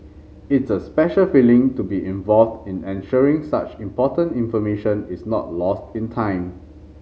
it's a special feeling to be involved in ensuring such important information is not lost in time